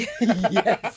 Yes